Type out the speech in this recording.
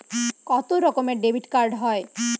কত রকমের ডেবিটকার্ড হয়?